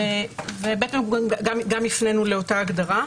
ובעצם גם הפנינו לאותה הגדרה.